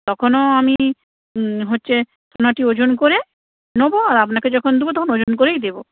তখনও আমি হচ্ছে সোনাটি ওজন করে নোবো আর আপনাকে যখন দেবো তখন ওজন করেই দেবো